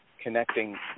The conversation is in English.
connecting